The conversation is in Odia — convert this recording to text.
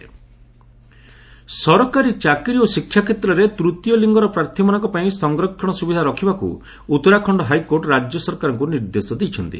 ଏଚସି ଟ୍ରାନ୍ସ ଜେଣ୍ଡର ସରକାରୀ ଚାକିରି ଓ ଶିକ୍ଷାକ୍ଷେତ୍ରରେ ତୃତୀୟ ଲିଙ୍ଗର ପ୍ରାର୍ଥୀମାନଙ୍କ ପାଇଁ ସଫରକ୍ଷଣ ସୁବିଧା ରଖିବାକୁ ଉତ୍ତରାଖଣ୍ଡ ହାଇକୋର୍ଟ ରାଜ୍ୟ ସରକାରଙ୍କୁ ନିର୍ଦ୍ଦେଶ ଦେଇଛନ୍ତି